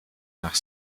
nach